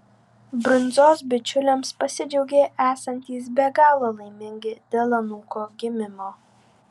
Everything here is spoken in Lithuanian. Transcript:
brundzos bičiuliams pasidžiaugė esantys be galo laimingi dėl anūko gimimo